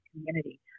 community